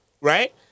right